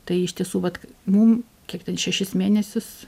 tai iš tiesų vat mum kiek ten šešis mėnesius